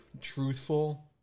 truthful